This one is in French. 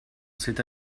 c’est